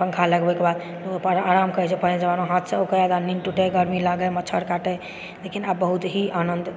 पङ्खा लगबएके बाद ओहि पर आराम करैत छै पहिने जमानामे हाथसँ हौकए निन्द टुटए गर्मी लागए मच्छर काटए लेकिन आब बहुत ही आनन्द